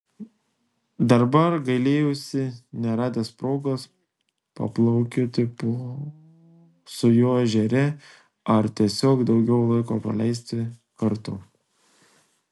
dabar gailėjausi neradęs progos paplaukioti su juo ežere ar tiesiog daugiau laiko praleisti kartu